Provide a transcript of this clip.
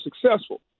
successful